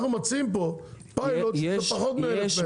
אנחנו מציעים פה פיילוט שזה פחות מ-1,000 מטר,